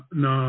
na